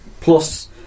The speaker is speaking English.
plus